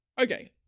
Okay